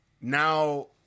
now